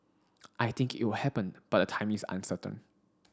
I think it will happen but the timing is uncertain